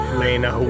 lena